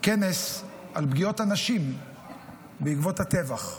כנס על פגיעות הנשים בעקבות הטבח.